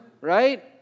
right